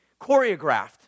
choreographed